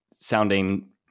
sounding